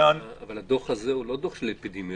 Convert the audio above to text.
אבל הדוח הזה הוא לא דוח של אפידמיולוג.